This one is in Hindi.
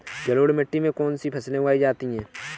जलोढ़ मिट्टी में कौन कौन सी फसलें उगाई जाती हैं?